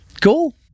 Cool